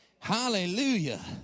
Hallelujah